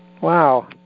Wow